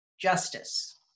justice